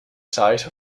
size